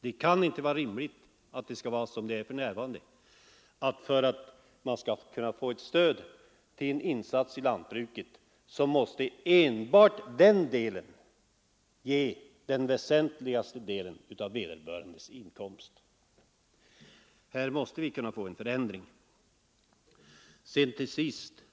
Det kan inte vara rimligt att som för närvarande fordra att för ett stöd till en insats i jordbruket den större delen av vederbörandes inkomst skall komma från enbart jordbruksdelen. Här måste vi kunna få en förändring.